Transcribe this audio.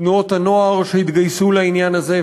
תנועות הנוער שהתגייסו לעניין הזה,